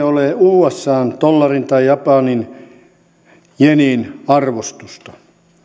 ole usan dollarin tai japanin jenin arvostusta